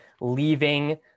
leaving